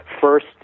First